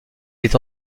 est